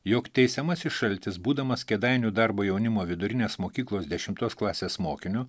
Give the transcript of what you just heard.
jog teisiamasis šaltis būdamas kėdainių darbo jaunimo vidurinės mokyklos dešimtos klasės mokiniu